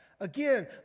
Again